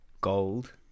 gold